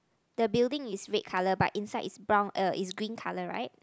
the building is red colour but inside is brown uh is green colour right